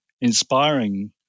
inspiring